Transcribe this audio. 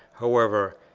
however,